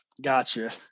gotcha